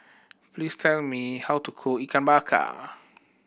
please tell me how to cook Ikan Bakar